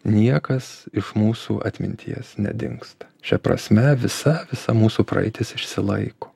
niekas iš mūsų atminties nedingsta šia prasme visa visa mūsų praeitis išsilaiko